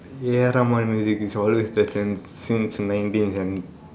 music is always that since nineteen seven